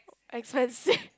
expensive